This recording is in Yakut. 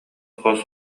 хос